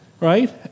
right